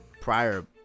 prior